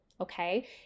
okay